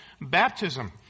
baptism